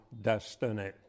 destiny